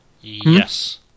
Yes